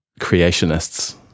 creationists